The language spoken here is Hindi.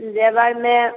ज़ेवर में